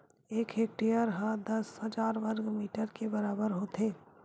एक हेक्टेअर हा दस हजार वर्ग मीटर के बराबर होथे